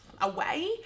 away